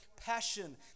passion